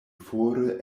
fore